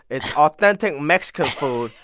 it's authentic mexican food,